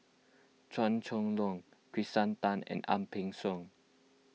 Chua Chong Long Kirsten Tan and Ang Peng Siong